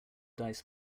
dice